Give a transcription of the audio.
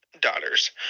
daughters